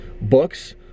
books